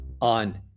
on